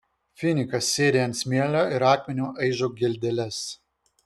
finikas sėdi ant smėlio ir akmeniu aižo geldeles